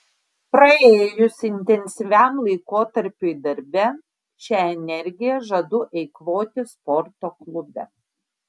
praėjus intensyviam laikotarpiui darbe šią energiją žadu eikvoti sporto klube